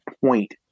point